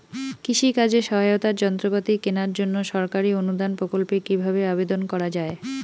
কৃষি কাজে সহায়তার যন্ত্রপাতি কেনার জন্য সরকারি অনুদান প্রকল্পে কীভাবে আবেদন করা য়ায়?